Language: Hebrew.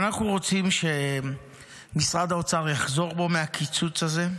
אנחנו רוצים שמשרד האוצר יחזור בו מהקיצוץ הזה,